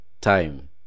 time